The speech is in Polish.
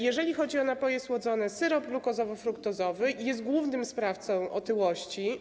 Jeżeli chodzi o napoje słodzone, syrop glukozowo-fruktozowy jest głównym sprawcą otyłości.